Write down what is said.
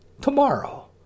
Tomorrow